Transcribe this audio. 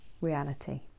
reality